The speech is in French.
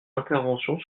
intervention